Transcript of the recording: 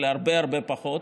אלא הרבה הרבה פחות.